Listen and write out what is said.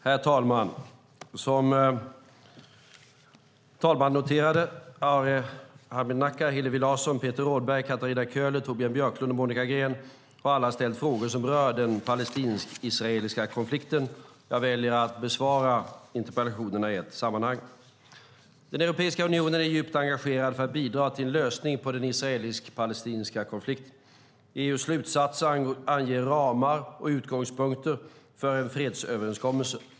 Herr talman! Arhe Hamednaca, Hillevi Larsson, Peter Rådberg, Katarina Köhler, Torbjörn Björlund och Monica Green har alla ställt frågor som rör den israelisk-palestinska konflikten. Jag väljer att besvara interpellationerna i ett sammanhang. Europeiska unionen är djupt engagerad för att bidra till en lösning på den israelisk-palestinska konflikten. EU:s slutsatser anger ramarna och utgångspunkterna för en fredsöverenskommelse.